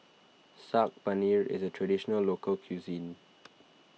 Saag Paneer is a Traditional Local Cuisine